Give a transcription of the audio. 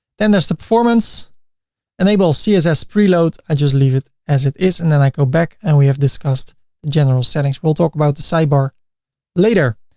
then there's the performance enable css preload, i just leave it as it is, and then i go back and we have discussed the general settings. we'll talk about the sidebar later.